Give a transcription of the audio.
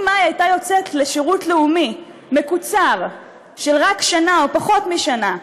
אם מאי הייתה יוצאת לשירות לאומי מקוצר של רק שנה או פחות משנה,